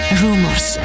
rumors